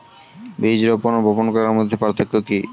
বীজ রোপন ও বপন করার মধ্যে পার্থক্য কি?